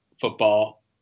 football